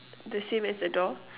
the same as the door